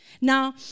Now